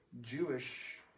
Jewish